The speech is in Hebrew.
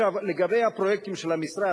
לגבי הפרויקטים של המשרד,